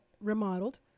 remodeled